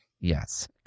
Yes